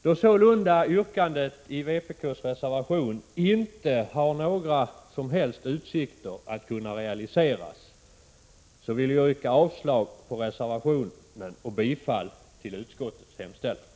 Då sålunda yrkandet i vpk:s reservation inte har några som helst utsikter att kunna realiseras vill jag yrka avslag på reservationen och bifall till utskottets hemställan.